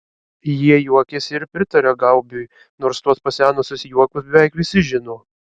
jie juokiasi ir pritaria gaubiui nors tuos pasenusius juokus beveik visi žino